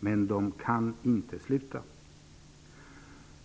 men de kan inte sluta.